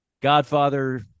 Godfather